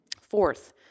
Fourth